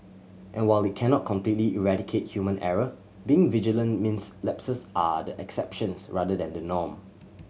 and while it cannot completely eradicate human error being vigilant means lapses are the exceptions rather than the norm